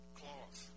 cloth